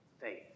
faith